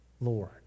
Lord